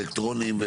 אלקטרוניים,